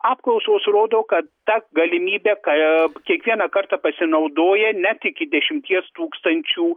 apklausos rodo kad ta galimybe ką kiekvieną kartą pasinaudoja net iki dešimties tūkstančių